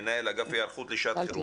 מנהל אגף היערכות לשעת חירום.